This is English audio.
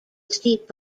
steep